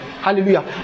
hallelujah